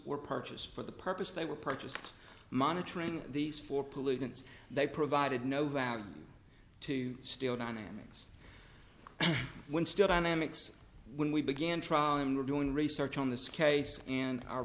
were purchased for the purpose they were purchased monitoring these for pollutants they provided no value to steal dynamics when stepped on a mix when we began trial and were doing research on this case and our